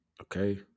okay